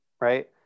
right